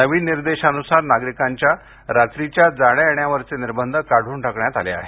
नवीन निर्देशांनुसार नागरिकांच्या रात्रीच्या जाण्या येण्यावारचे निर्बंध काढून टाकण्यात आले आहेत